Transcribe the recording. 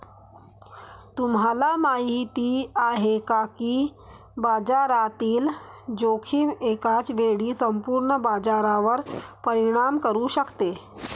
तुम्हाला माहिती आहे का की बाजारातील जोखीम एकाच वेळी संपूर्ण बाजारावर परिणाम करू शकते?